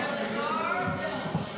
תודה רבה לך, אדוני היושב-ראש.